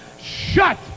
shut